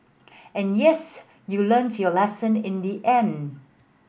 and yes you learnt your lesson in the end